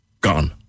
gone